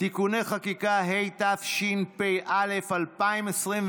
(תיקוני חקיקה), התשפ"א 2021,